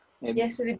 Yes